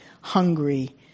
hungry